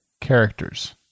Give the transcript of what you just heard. characters